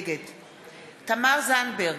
נגד תמר זנדברג,